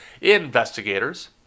Investigators